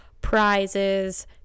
prizes